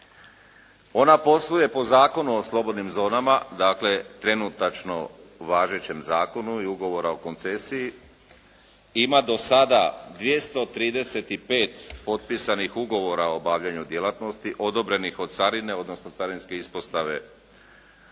Ona posluje po Zakonu o slobodnim zonama. Dakle, trenutačno važećem zakonu i ugovora o koncesiji. Ima do sada 235 potpisanih ugovora o obavljanju djelatnosti odobrenih od carine, odnosno carinske ispostave